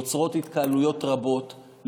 נוצרות התקהלויות רבות.